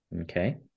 Okay